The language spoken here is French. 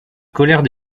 colère